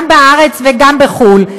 גם בארץ וגם בחו"ל,